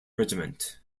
regiment